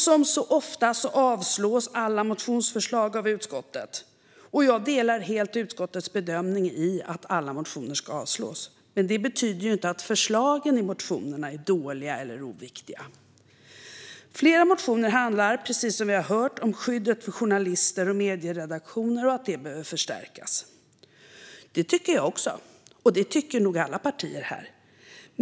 Som så ofta avslås alla motionsförslag av utskottet, och jag delar helt utskottets bedömning att alla motioner ska avslås. Men det betyder inte att förslagen i motionerna är dåliga eller oviktiga. Som vi har hört handlar flera motioner om att skyddet för journalister och medieredaktioner behöver förstärkas. Det tycker jag också, och det tycker nog alla partier här.